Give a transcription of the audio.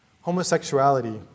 homosexuality